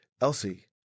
Elsie